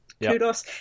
kudos